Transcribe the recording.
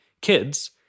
kids